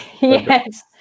yes